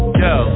yo